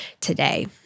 today